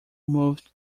moved